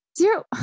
Zero